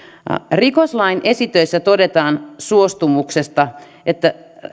rikoslain esitöissä todetaan suostumuksesta